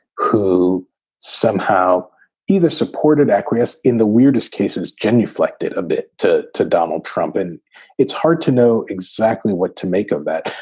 who somehow either supported acquiesce in the weirdest cases, genuflected a bit to to donald trump. and it's hard to know exactly what to make of that.